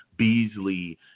Beasley